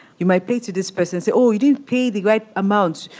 you might pay to this person say, oh, you didn't pay the right amount,